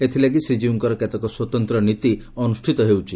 ଏଥଲାଗି ଶ୍ରୀକୀଉଙ୍କର କେତେକ ସ୍ୱତନ୍ତ ନୀତି ଅନୁଷିତ ହେଉଛି